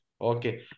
Okay